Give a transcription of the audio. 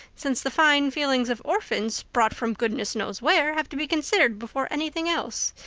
since the fine feelings of orphans, brought from goodness knows where, have to be considered before anything else.